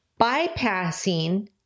bypassing